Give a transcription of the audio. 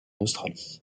australie